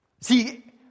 See